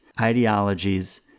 ideologies